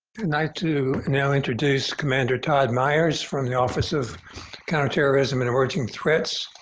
and i too now introduce commander todd meyers from the office of counterterrorism and emerging threats,